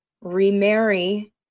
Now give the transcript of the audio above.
remarry